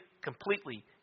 completely